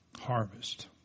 Harvest